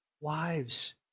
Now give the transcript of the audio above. wives